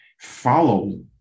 follow